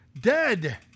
dead